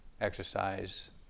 exercise